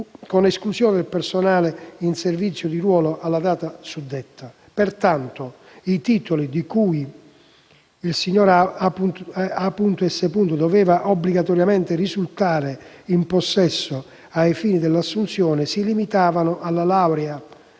con esclusione del personale in servizio di ruolo alla data suddetta. Pertanto, i titoli di cui il signor A. S. doveva obbligatoriamente risultare in possesso ai fini dell'assunzione si limitavano alla laurea,